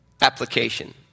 application